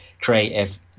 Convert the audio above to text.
creative